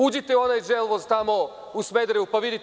Uđite u onaj Želvoz tamo u Smederevu pa vidite.